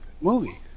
movie